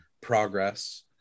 progress